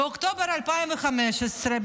באוקטובר 2015,